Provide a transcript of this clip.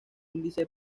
índice